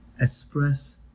Express